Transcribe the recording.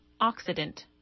oxidant